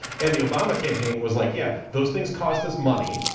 and, the obama campaign was like, yeah, those things cost us money,